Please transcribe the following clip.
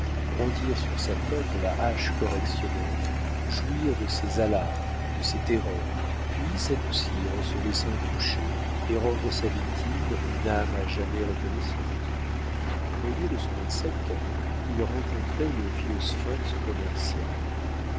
brandir sur sa tête la hache correctionnelle jouir de ses alarmes de ses terreurs puis s'adoucir en se laissant toucher et rendre sa victime une âme à jamais reconnaissante au lieu de son insecte il rencontrait le vieux sphinx commercial